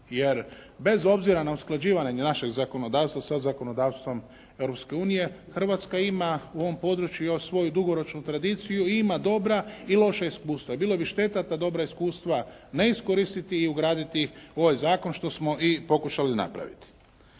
jer bez obzira na usklađivanje našeg zakonodavstva sa zakonodavstvom Europske unije Hrvatska ima u ovom području još svoju dugoročnu tradiciju i ima dobra i loša iskustva i bilo bi šteta da ta dobra iskustva ne iskoristiti i ugraditi u ovaj zakon što smo i pokušali napraviti.